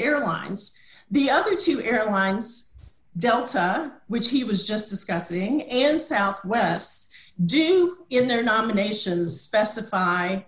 airlines the other two airlines delta which he was just discussing and southwest deem in their nominations specify